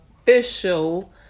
official